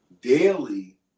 daily